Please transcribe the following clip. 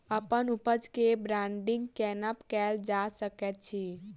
अप्पन उपज केँ ब्रांडिंग केना कैल जा सकैत अछि?